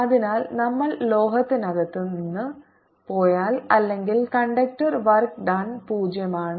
അതിനാൽ നമ്മൾ ലോഹത്തിനകത്ത് നിന്ന് പോയാൽ അല്ലെങ്കിൽ കണ്ടക്ടർ വർക്ക് ഡൺ 0 ആണ്